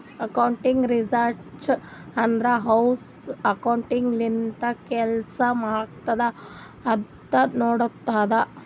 accounting research ಅಂದುರ್ ಹ್ಯಾಂಗ್ accounting ಲಿಂತ ಕೆಲ್ಸಾ ಆತ್ತಾವ್ ಅಂತ್ ನೋಡ್ತುದ್